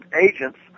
agents